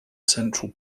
central